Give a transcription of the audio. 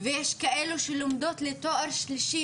ויש כאלו שלומדות לתואר שלישי,